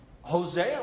Hosea